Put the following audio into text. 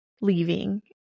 leaving